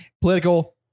political